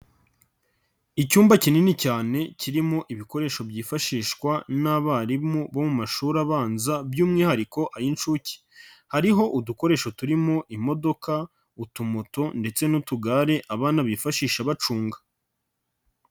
Icyumba kinini cyane kirimo ibikoresho byifashishwa n'abarimu bo mu mashuri abanza by'umwihariko ay'inshuke, hariho udukoresho turimo imodoka, utumoto ndetse n'utugare abana bifashisha bacunga.